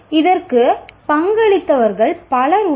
இதற்கு பங்களித்தவர்கள் பலர் உள்ளனர்